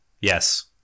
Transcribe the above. Yes